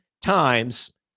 times